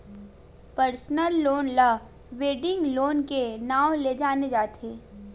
personal loan ल wedding loan के नांव ले जाने जाथे